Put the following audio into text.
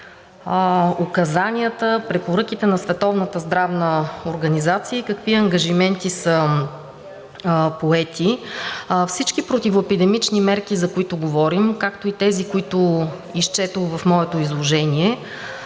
здравна организация и какви ангажименти са поети. Всички противоепидемични мерки, за които говорим, както и тези, които изчетох в моето изложение,